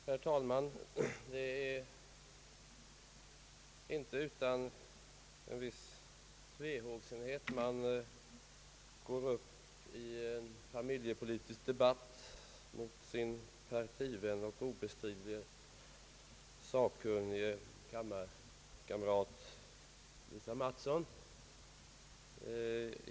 Herr talman! Det är inte utan en viss tvehågsenhet man går upp i en familjepolitisk debatt mot sin partivän och obestridligen sakkunniga kammarkamrat Lisa Mattson.